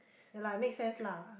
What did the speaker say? ya lah it makes sense lah